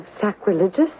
sacrilegious